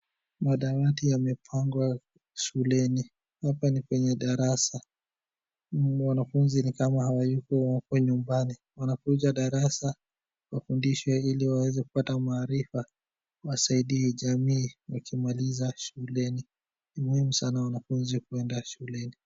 Madawati yamepangwa shuleni. Hapa ni kwenye darasa. Wanafunzi ni kama hawayuko wako nyumbani. Wanafunzi wa darasa wanafundishwa ili waweze kupata maarifa wasaidie jamii wakimaliza shuleni. Ni muhimu sana wanafunzi kwenda shuleni.